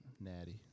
Natty